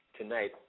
tonight